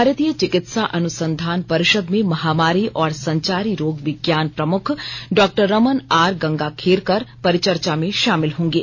भारतीय चिकित्सा अनुसंधान परिषद में महामारी और संचारी रोग विज्ञान प्रमुख डॉ रमन आर गंगाखेरकर परिचर्चा में शामिल होंगे